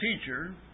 teacher